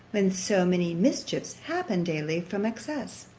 when so many mischiefs happen daily from excess.